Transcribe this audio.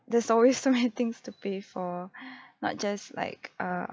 there's always so many things to pay for not just like err